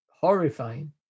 horrifying